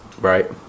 Right